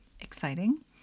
exciting